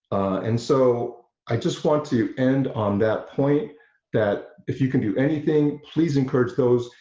and so i just want to end on that point that if you can do anything please encourage those,